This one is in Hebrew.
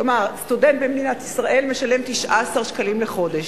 כלומר, סטודנט במדינת ישראל משלם 19 שקלים לחודש.